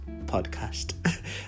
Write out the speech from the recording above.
podcast